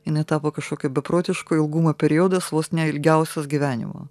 jinai tapo kažkokio beprotiško ilgumo periodas vos ne ilgiausias gyvenimo